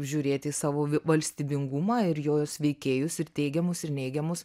žiūrėti į savo ve valstybingumą ir jos veikėjus ir teigiamus ir neigiamus